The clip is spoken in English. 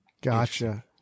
gotcha